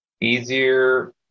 easier